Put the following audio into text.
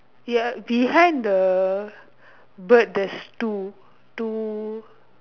your behind the bird there's two two